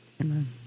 Amen